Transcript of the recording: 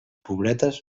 pobretes